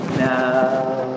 now